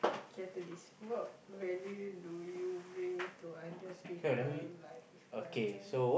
catalyst what value do you bring to other people like my friend